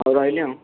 ହଉ ରହିଲି ଆଉ